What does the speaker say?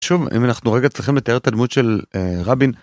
שוב, אם אנחנו רגע צריכים לתאר את הדמות של רבין.